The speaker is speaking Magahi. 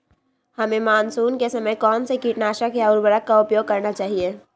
हमें मानसून के समय कौन से किटनाशक या उर्वरक का उपयोग करना चाहिए?